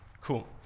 Cool